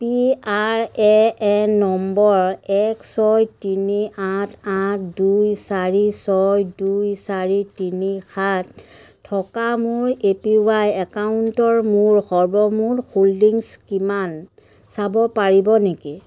P R A N number এক ছয় তিনি আঠ আঠ দুই চাৰি ছয় দুই চাৰি তিনি সাত থকা মোৰ এ পি ৱাই একাউণ্টৰ মোৰ সৰ্বমুঠ হোল্ডিংছ কিমান চাব পাৰিব নেকি